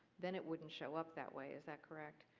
then it wouldn't show up that way, is that correct?